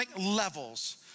levels